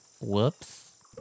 whoops